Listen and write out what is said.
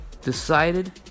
decided